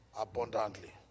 Abundantly